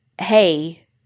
hey